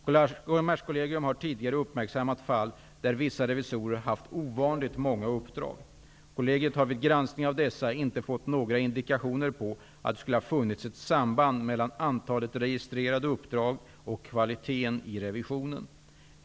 Kommerskollegium har tidigare uppmärksammat fall där vissa revisorer har haft ovanligt många uppdrag. Kollegiet har vid granskning av dessa inte fått några indikationer på att det skulle ha funnits ett samband mellan antalet registrerade uppdrag och kvaliteten i revisionen.